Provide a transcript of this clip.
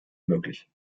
möglich